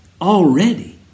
already